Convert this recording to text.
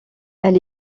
elle